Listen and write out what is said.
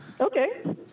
Okay